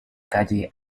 calle